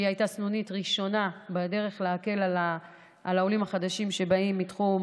שהייתה סנונית ראשונה בדרך להקל על העולים החדשים שבאים מתחום